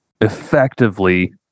effectively